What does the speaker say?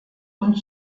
und